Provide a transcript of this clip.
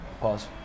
Pause